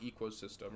ecosystem